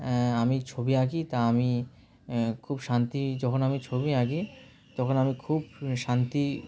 আমি ছবি আঁকি তা আমি খুব শান্তি যখন আমি ছবি আঁকি তখন আমি খুব শান্তি